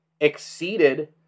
exceeded